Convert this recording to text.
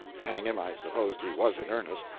hang him, i supposed he was in earnest,